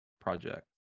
Project